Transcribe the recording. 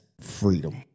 freedom